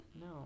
No